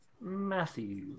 Matthew